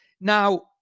Now